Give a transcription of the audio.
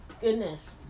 goodness